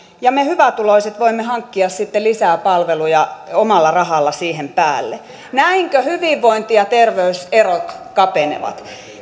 ja me hyvätuloiset voimme hankkia sitten lisää palveluja omalla rahalla siihen päälle näinkö hyvinvointi ja terveyserot kapenevat